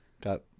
got